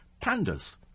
pandas